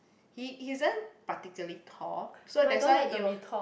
he isn't particularly tall so that's why it'll